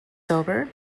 sober